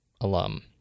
alum